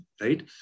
Right